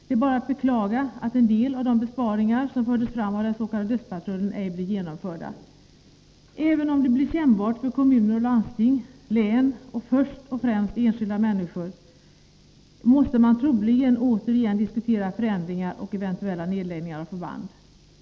Det är bara att beklaga att en del av de besparingar som fördes fram av den s.k. dödspatrullen ej blev genomförda. Även om det blir kännbart för kommuner och landsting, län och först och främst enskilda människor, måste man troligen återigen diskutera förändringar och eventuella nedläggningar av förband.